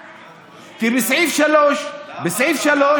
נתניהו, כי בסעיף 3, תסביר לנו למה אתה בעד החוק.